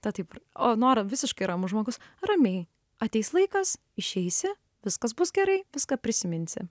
ta taip o nora visiškai ramus žmogus ramiai ateis laikas išeisi viskas bus gerai viską prisiminsi